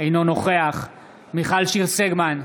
אינו נוכח מיכל שיר סגמן,